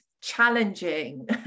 challenging